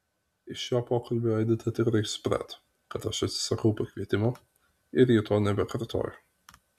iš šio pokalbio edita tikrai suprato kad aš atsisakau pakvietimo ir ji to nebekartojo